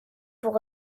pour